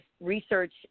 research